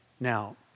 Now